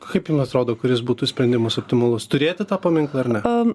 kaip jum atrodo kuris būtų sprendimas optimalus turėti tą paminklą ar ne